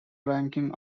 ranking